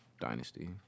Dynasty